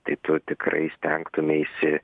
tai tu tikrai stengtumeisi